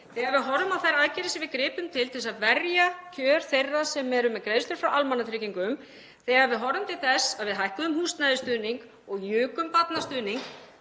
þegar við horfum á þær aðgerðir sem við gripum til til að verja kjör þeirra sem eru með greiðslur frá almannatryggingum, þegar við horfum til þess að við hækkuðum húsnæðisstuðning og jukum barnastuðning,